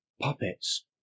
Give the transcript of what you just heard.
Puppets